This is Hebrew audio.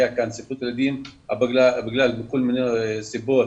הייתה כאן ספרות ילדים ובגלל כל מיני סיבות,